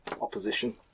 opposition